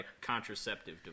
contraceptive